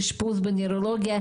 הנוירולוגיה.